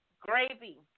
gravy